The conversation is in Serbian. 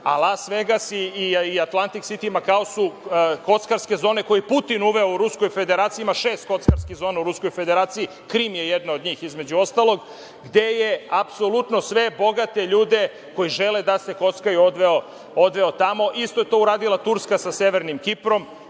oblast. Las Vegas, Atlantik Siti i Makao su kockarske zone koje je Putin uveo. U Ruskoj Federaciji ima šest kockarskih zona, Krim je jedna od njih između ostalog, gde apsolutno sve bogate ljude koji žele da se kockaju odveo tamo. Isto je to uradila Turska sa Severnim Kiprom,